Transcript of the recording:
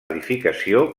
edificació